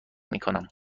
میکنم